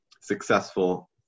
successful